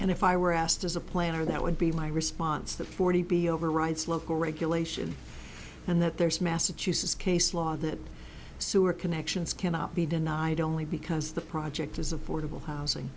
and if i were asked as a planner that would be my response that forty b overrides local regulation and that there's massachusetts case law that sewer connections cannot be denied only because the project is affordable housing